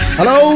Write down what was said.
Hello